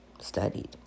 studied